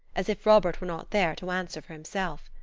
as if robert were not there to answer for himself.